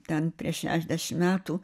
ten prieš šešdešim metų